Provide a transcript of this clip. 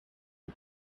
the